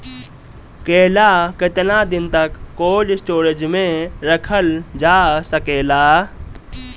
केला केतना दिन तक कोल्ड स्टोरेज में रखल जा सकेला?